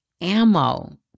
ammo